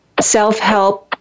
self-help